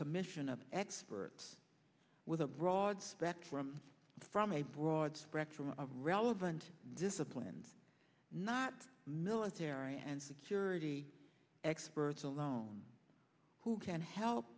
commission of experts with a broad spectrum from a broad spectrum of relevant disciplines not military and security experts alone who can help